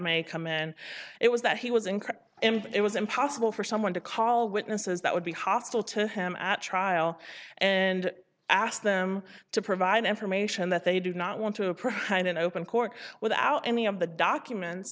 may come in it was that he was incorrect and it was impossible for someone to call witnesses that would be hostile to him at trial and ask them to provide information that they did not want to approach in open court without any of the documents